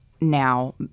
now